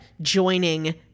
joining